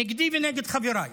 נגדי ונגד חבריי.